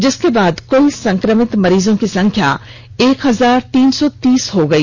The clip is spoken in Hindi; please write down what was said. जिसके बाद कुल संक्रमित मरीजों की संख्या तेरह सौ तीस हो गई